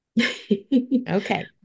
Okay